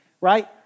right